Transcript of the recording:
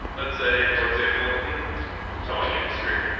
let's say, for example the towing industry?